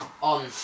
On